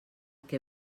que